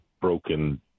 broken